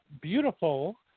beautiful